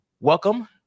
welcome